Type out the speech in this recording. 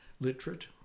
literate